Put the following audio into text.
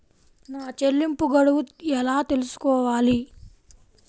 నా చెల్లింపు గడువు ఎలా తెలుసుకోవాలి?